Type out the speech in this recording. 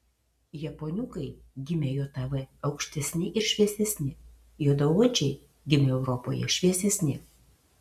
japoniukai gimę jav aukštesni ir šviesesni juodaodžiai gimę europoje šviesesni